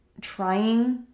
trying